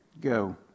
go